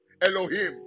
Elohim